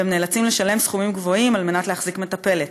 והם נאלצים לשלם סכומים גבוהים על מנת להחזיק מטפלת.